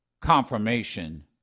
confirmation